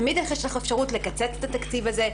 תמיד יש לך אפשרות לקצץ את התקציב הזה,